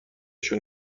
شون